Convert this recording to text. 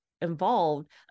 involved